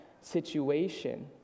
situation